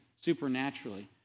supernaturally